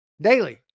daily